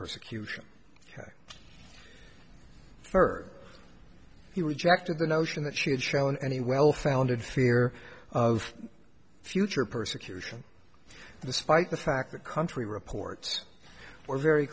persecution further he rejected the notion that she had shown any well founded fear of future persecution despite the fact that country reports were very